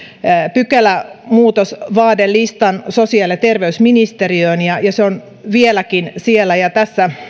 pykälämuutosvaadelistan sosiaali ja terveysministeriöön ja se on vieläkin siellä tässä